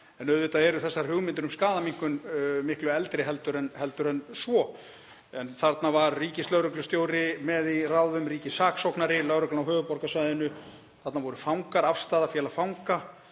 En auðvitað eru þessar hugmyndir um skaðaminnkun miklu eldri en svo. Þarna var ríkislögreglustjóri með í ráðum, ríkissaksóknari, lögreglan á höfuðborgarsvæðinu. Þarna voru fangar, Afstaða, félag fanga,